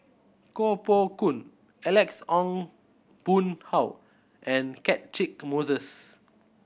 Koh Poh Koon Alex Ong Boon Hau and Catchick Moses